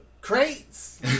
crates